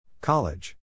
College